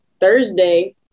thursday